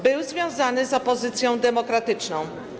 Był związany z opozycją demokratyczną.